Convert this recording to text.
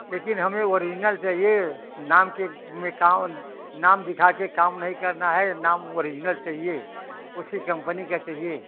लेकिन हमें ओरिजनल चाहिए नाम के में कामन नाम दिखा के काम नहीं करना है नाम ओरिजनल चाहिए उसी कम्पनी का चाहिए